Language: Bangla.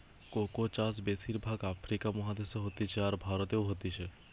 কোকো চাষ বেশির ভাগ আফ্রিকা মহাদেশে হতিছে, আর ভারতেও হতিছে